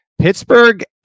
Pittsburgh